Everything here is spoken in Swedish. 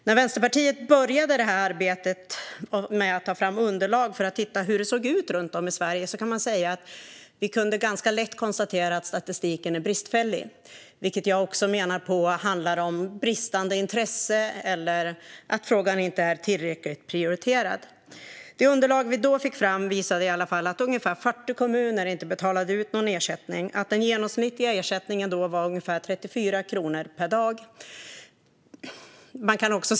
När Vänsterpartiet började arbetet med att ta fram underlag för att se hur det såg ut runt om i Sverige kunde vi ganska lätt konstatera att statistiken var bristfällig. Jag menar att det också handlar om bristande intresse eller om att frågan inte är tillräckligt prioriterad. Det underlag vi då fick fram visade att ungefär 40 kommuner inte betalade ut någon ersättning och att den genomsnittliga ersättningen då var ungefär 34 kronor per dag.